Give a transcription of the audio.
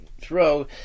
throw